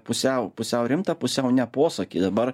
pusiau pusiau rimtą pusiau ne posakį dabar